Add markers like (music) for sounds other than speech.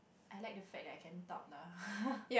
I like the fact that I can talk lah (laughs)